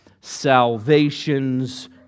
salvation's